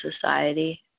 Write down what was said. society